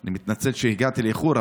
אני מתנצל שהגעתי באיחור,